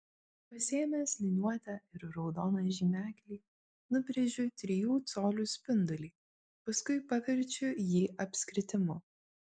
pasiėmęs liniuotę ir raudoną žymeklį nubrėžiu trijų colių spindulį paskui paverčiu jį apskritimu